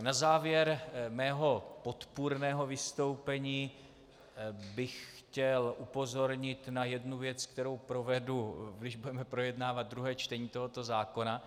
Na závěr svého podpůrného vystoupení bych chtěl upozornit na jednu věc, kterou provedu, když budeme projednávat druhé čtení tohoto zákona.